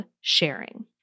sharing